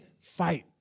fight